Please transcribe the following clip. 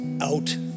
out